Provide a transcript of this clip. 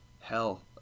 hell